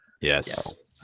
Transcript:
Yes